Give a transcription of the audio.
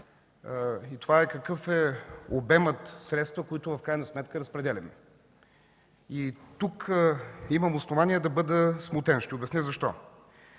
и това е: какъв е обемът средства, които в крайна сметка разпределяме? Тук имам основание да бъда смутен. Ще обясня защо.